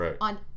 on